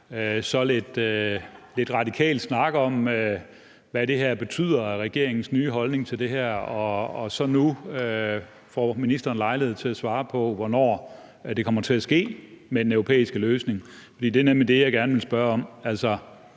så lidt radikal snak om, hvad regeringens nye holdning til det her betyder, og nu får ministeren så lejlighed til at svare på, hvornår det kommer til at ske med den europæiske løsning. For det er nemlig det, jeg gerne vil spørge om.